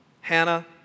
Hannah